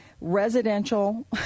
residential